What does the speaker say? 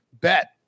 bet